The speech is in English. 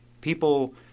people